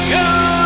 go